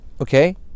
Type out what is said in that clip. okay